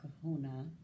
kahuna